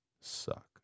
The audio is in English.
suck